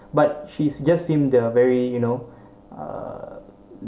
but she's just seem there're very you know uh